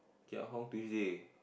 Keat-Hong Tuesday